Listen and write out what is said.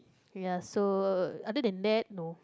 ya so other than that no